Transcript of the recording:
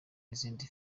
izindi